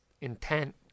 intent